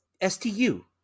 S-T-U